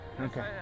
okay